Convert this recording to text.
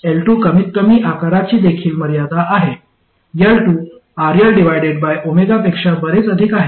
L2 कमीतकमी आकाराची देखील मर्यादा आहे L2 RL पेक्षा बरेच अधिक आहे